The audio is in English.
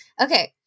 Okay